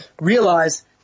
realize